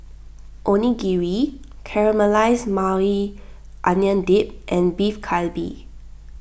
Onigiri Caramelized Maui Onion Dip and Beef Galbi